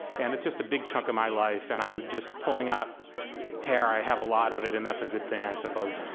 and it's just a big chunk of my life, and i'm just pulling out hair. i have a lot of it, and that's a good thing i suppose.